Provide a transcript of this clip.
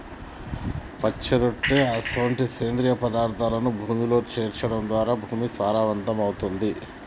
పచ్చిరొట్ట అసొంటి సేంద్రియ పదార్థాలను భూమిలో సేర్చడం ద్వారా భూమి సారవంతమవుతుంది